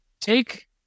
take